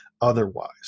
otherwise